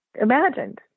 imagined